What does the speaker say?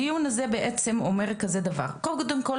הדיון הזה בעצם אומר כזה דבר: קודם כל,